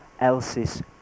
else's